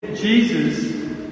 Jesus